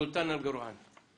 סולטן אלקרעאן.